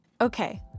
Okay